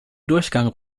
durchgang